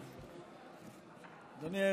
אדוני.